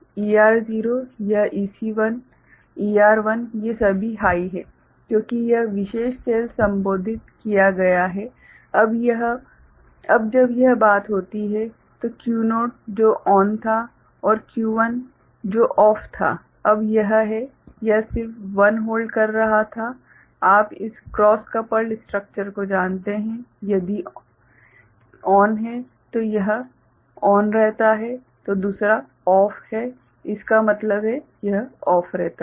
और EC0 ER0 यह EC1 ER1 वे सभी हाइ हैं क्योंकि यह विशेष सेल संबोधित किया गया है अब जब यह बात होती है तो Q0 जो चालू था और Q1 जो बंद था अब यह है यह सिर्फ 1 होल्ड कर रहा था आप इस क्रॉस कपल्ड स्ट्रक्चर को जानते हैं यदि चालू है तो यह चालू रहता है तो दूसरा बंद है इसका मतलब है कि यह बंद रहता है